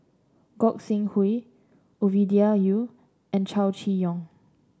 Gog Sing Hooi Ovidia Yu and Chow Chee Yong